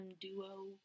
duo